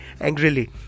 Angrily